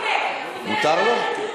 הנה, מכביש 40. מותר לו?